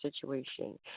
situation